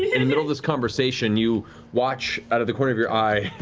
in the middle of this conversation, you watch, out of the corner of your eye,